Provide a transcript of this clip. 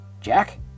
Jack